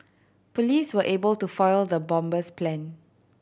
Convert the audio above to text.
police were able to foil the bomber's plan